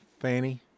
Fanny